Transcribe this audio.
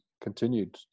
continued